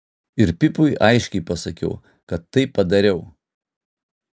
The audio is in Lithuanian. ir pipui aiškiai pasakiau kad taip padariau